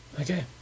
Okay